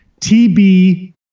TB